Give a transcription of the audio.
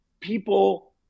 People